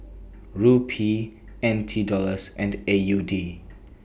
Rupee N T Dollars and A U D